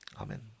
Amen